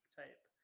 type